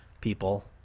people